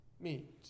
meet